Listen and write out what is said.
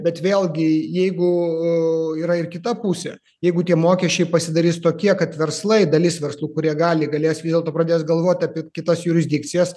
bet vėlgi jeigu yra ir kita pusė jeigu tie mokesčiai pasidarys tokie kad verslai dalis verslų kurie gali galės vėl to pradės galvot apie kitas jurisdikcijas